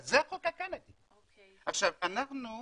אנחנו,